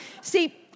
See